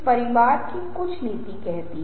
कुल अनुनय प्रक्रिया समाप्त नहीं होती है